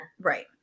Right